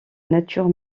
nature